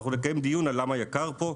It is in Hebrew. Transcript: אנחנו נקיים דיון על למה יקר פה.